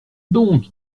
donc